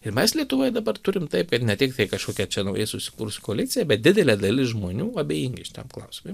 ir mes lietuvoj dabar turim taip kad ne tiktai kažkokia čia naujai susikūrus koalicija bet didelė dalis žmonių abejingi šitam klausimui